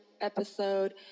episode